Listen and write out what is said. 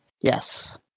Yes